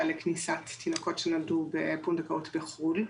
לכניסת תינוקות שנולדו בפונדקאות בחו"ל.